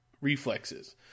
reflexes